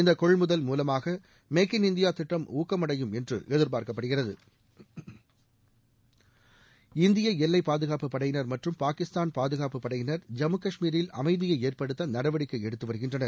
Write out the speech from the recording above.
இந்த கொள்முதல் மூலமாக மேக்கின் இந்தியா திட்டம் ஊக்கம் அடையும் என்று எதிர்பார்க்கப்படுகிறது இந்திய எல்லை பாதுகாப்பு படையினர் மற்றும் பாகிஸ்தான் பாதுகாப்பு படையினர் ஜம்மு கஷ்மீரில் அமைதியை ஏற்படுத்த நடவடிக்கை எடுத்து வருகின்றனர்